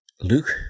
Luke